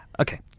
Okay